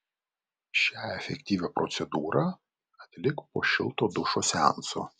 šią efektyvią procedūrą atlik po šilto dušo seanso